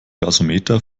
gasometer